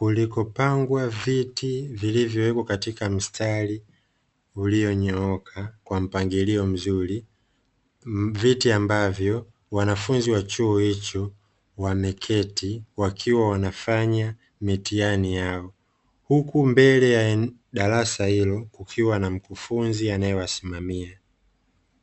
palipopangwa viti vilivyonyooka ambapo wanafunzi wameketi kwenye viti kwaajili yakufanya mitiani yao